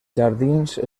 jardins